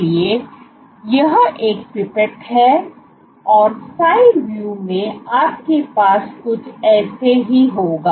इसलिए यह एक पिपेट है और साइड व्यू में आपके पास कुछ ऐसा ही होगा